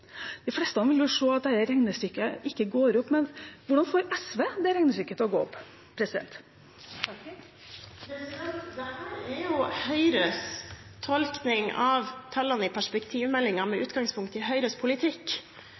De fleste vil se at dette regnestykket ikke går opp. Hvordan får SV regnestykket til å gå opp? Dette er Høyres tolkning av tallene i perspektivmeldingen med utgangspunkt i Høyres politikk.